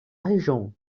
région